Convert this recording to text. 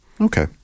Okay